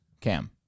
Cam